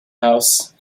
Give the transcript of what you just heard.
house